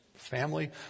Family